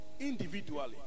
Individually